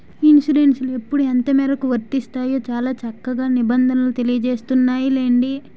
ఇన్సురెన్సులు ఎప్పుడు ఎంతమేరకు వర్తిస్తాయో చాలా చక్కగా నిబంధనలు తెలియజేస్తున్నాయిలెండి